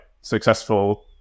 successful